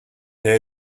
there